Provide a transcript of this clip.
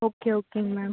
okay ஓகேங்க ma'am